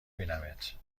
بینمت